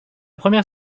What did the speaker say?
première